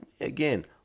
Again